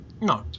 No